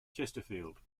chesterfield